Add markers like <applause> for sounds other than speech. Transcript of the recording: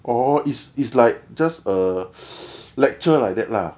orh it's it's like just a <breath> lecture like that lah